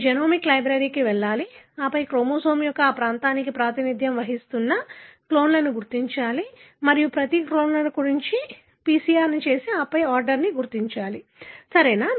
మీరు జెనోమిక్ లైబ్రరీకి వెళ్లాలి ఆపై క్రోమోజోమ్ యొక్క ఈ ప్రాంతానికి ప్రాతినిధ్యం వహిస్తున్న క్లోన్లను గుర్తించాలి మరియు ప్రతి క్లోన్ల కోసం PCR చేసి ఆపై ఆర్డర్ని గుర్తించాలి సరియైనదా